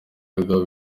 kagabo